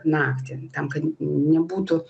naktį tam kad nebūtų